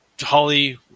Holly